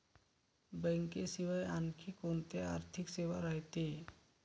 बँकेशिवाय आनखी कोंत्या आर्थिक सेवा रायते?